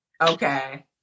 okay